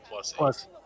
plus